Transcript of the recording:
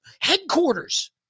headquarters